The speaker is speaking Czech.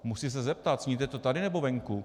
Musí se zeptat: Sníte to tady nebo venku?